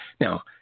Now